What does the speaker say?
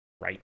right